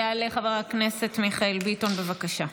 יעלה חבר הכנסת מיכאל ביטון, בבקשה.